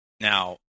Now